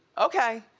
okay,